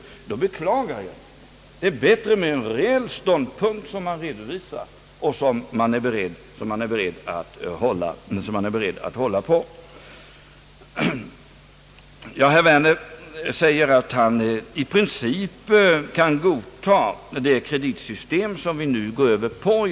Då beklagar jag det. Det är bättre med en reell ståndpunkt, som man redovisar och som man är beredd att hålla på. Herr Werner säger att han i princip kan godkänna det kreditsystem som vi nu går över till.